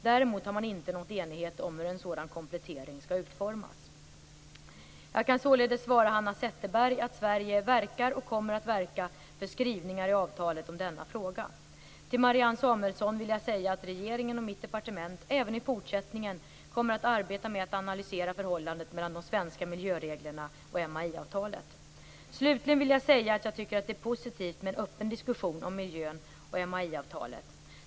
Däremot har man inte nått enighet om hur en sådan komplettering skall utformas. Jag kan således svara Hanna Zetterberg att Sverige verkar och kommer att verka för skrivningar i avtalet om denna fråga. Till Marianne Samuelsson vill jag säga att regeringen och mitt departement även i fortsättningen kommer att arbeta med att analysera förhållandet mellan de svenska miljöreglerna och MAI-avtalet. Slutligen vill jag säga att jag tycker att det är positivt med en öppen diskussion om miljön och MAI avtalet.